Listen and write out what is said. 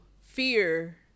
fear